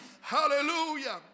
Hallelujah